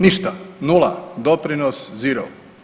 Ništa, nula, doprinos zirou.